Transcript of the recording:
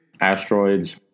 asteroids